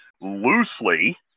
loosely